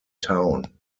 town